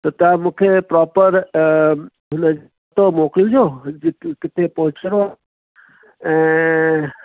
त तव्हां मूंखे प्रॉपर मोकिलिजो जिथे जिथे पहुचणो आहे ऐं